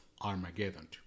Armageddon